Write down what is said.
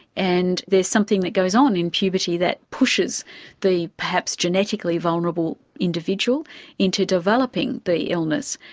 and there's something that goes on in puberty that pushes the perhaps genetically vulnerable individual into developing the illness.